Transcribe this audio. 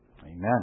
Amen